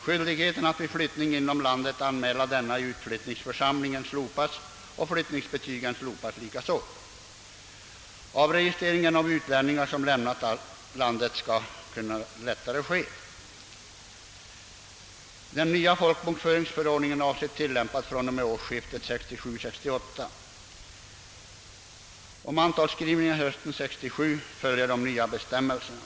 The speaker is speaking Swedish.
Skyldigheten att vid flyttning inom landet anmäla denna i inflyttningsförsamlingen slopas, flyttningsbetygen likaså. Avregistrering av utlänningar som lämnat landet skall kunna ske lättare. Den nya folkbokföringsförordningen avses börja tillämpas från och med årsskiftet 1967/68. Mantalsskrivninigen hösten 1967 följer de nya bestämmelserna.